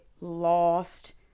lost